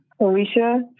Alicia